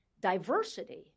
Diversity